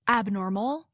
abnormal